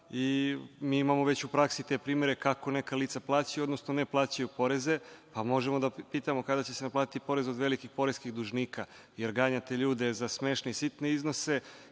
imamo već u praksi te primere kako neka lica plaćaju odnosno ne plaćaju poreze, pa možemo da pitamo - kada će se naplatiti porez od velikih poreskih dužnika? Jer, ganjate ljude za smešne i sitne iznose